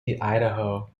idaho